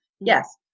yes